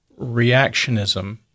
reactionism